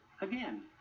again